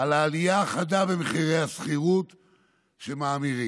על העלייה החדה במחירי השכירות שמאמירים.